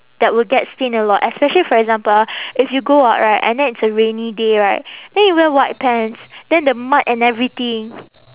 that will get stain a lot especially for example ah if you go out right and then it's a rainy day right then you wear white pants then the mud and everything